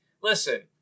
listen